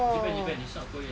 japan japan it's not korea